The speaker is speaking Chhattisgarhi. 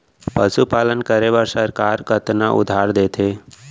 पशुपालन करे बर सरकार कतना उधार देथे?